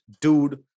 dude